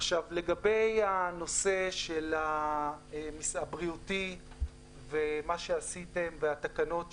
לגבי הנושא הבריאותי והתקנות שהותקנו.